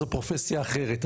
זאת פרופסיה אחרת,